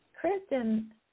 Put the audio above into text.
Kristen